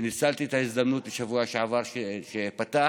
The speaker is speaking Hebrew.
ניצלתי את ההזדמנות בשבוע שעבר, כשפתח,